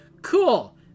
Cool